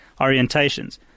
orientations